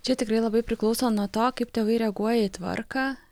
čia tikrai labai priklauso nuo to kaip tėvai reaguoja į tvarką